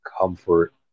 comfort